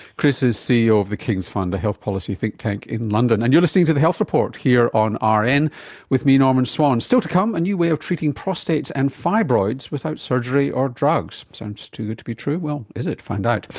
chris is ceo of the king's fund, a health policy think tank in london. and you're listening to the health report here on rn with me, norman swan. still to come, a new way of treating prostates and fibroids without surgery or drugs. sounds too good to be true? well, is it? find out.